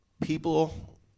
people